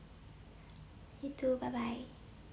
you too bye bye